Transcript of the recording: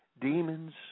Demons